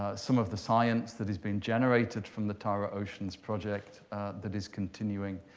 some of the science that has been generated from the tara oceans project that is continuing,